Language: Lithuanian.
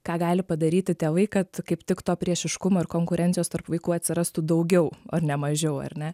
ką gali padaryti tėvai kad kaip tik to priešiškumo ir konkurencijos tarp vaikų atsirastų daugiau o ne mažiau ar ne